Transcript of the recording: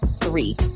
three